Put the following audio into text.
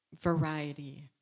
variety